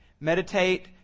meditate